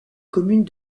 commune